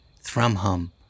thrum-hum